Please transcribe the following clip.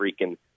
freaking